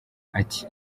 ati